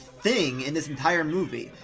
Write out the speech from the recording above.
thing in this entire movie.